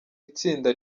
itsinda